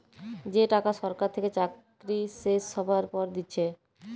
যে টাকা সরকার থেকে চাকরি শেষ হ্যবার পর দিচ্ছে